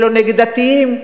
ולא נגד דתיים.